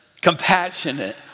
compassionate